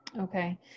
Okay